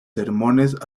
sermones